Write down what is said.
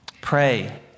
Pray